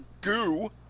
goo